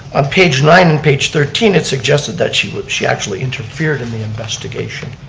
on page nine and page thirteen it suggested that she she actually interfered in the investigation.